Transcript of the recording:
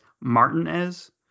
Martinez